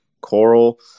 Coral